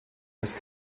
ist